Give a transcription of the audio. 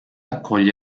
accoglie